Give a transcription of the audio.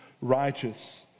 righteous